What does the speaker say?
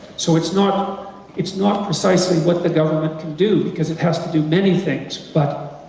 so it's not it's not precisely what the government can do, because it has to do many things, but,